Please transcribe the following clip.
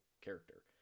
character